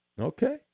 Okay